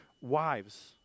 wives